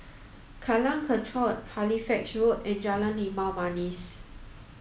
Jalan Kechot Halifax Road and Jalan Limau Manis